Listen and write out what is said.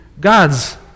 God's